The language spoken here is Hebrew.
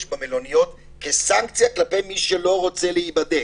במלוניות כסנקציה כלפי מי שלא רוצה להיבדק.